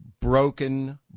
broken